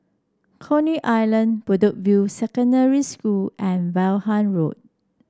Coney Island Bedok View Secondary School and Vaughan Road